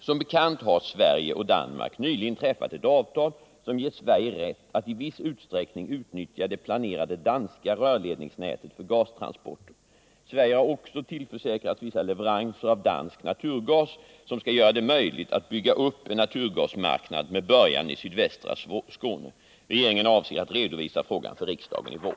Som bekant har Sverige och Danmark nyligen träffat ett avtal som ger Sverige rätt att i viss utsträckning utnyttja det planerade danska rörledningssystemet för gastransporter. Sverige har också tillförsäkrats vissa leveranser av dansk naturgas som skall göra det möjligt att bygga upp en naturgasmarknad med början i sydvästra Skåne. Regeringen avser att redovisa frågan för riksdagen i vår.